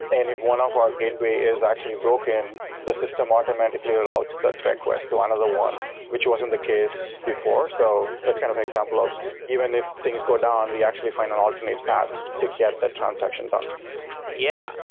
and if one of our gateway is actually broken, the system automatically allows the and request to honor the one, which wasn't the case before. so that's kind of example of even if things go down, we actually find an ultimate path to get that transaction done yeah.